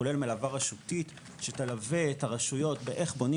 כולל מלווה רשותית שתלווה את הרשויות באיך בונים